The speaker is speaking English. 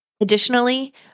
Additionally